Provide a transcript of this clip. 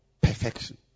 perfection